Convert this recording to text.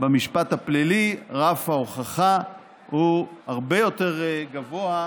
ובמשפט הפלילי רף ההוכחה הוא הרבה יותר גבוה,